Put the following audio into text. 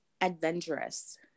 Adventurous